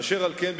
אשר על כן,